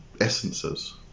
essences